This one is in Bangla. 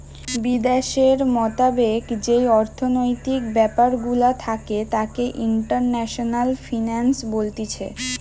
বিদ্যাশের মোতাবেক যেই অর্থনৈতিক ব্যাপার গুলা থাকে তাকে ইন্টারন্যাশনাল ফিন্যান্স বলতিছে